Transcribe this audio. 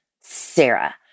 Sarah